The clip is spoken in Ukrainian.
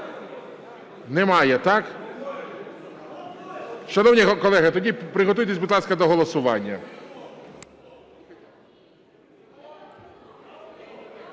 Немає, так? Шановні колеги, тоді приготуйтесь, будь ласка, до голосування.